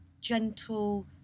gentle